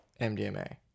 MDMA